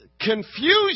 confusion